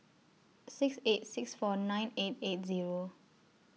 six eight six four nine eight eight Zero